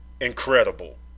incredible